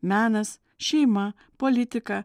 menas šeima politika